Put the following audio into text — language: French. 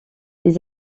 les